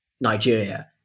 Nigeria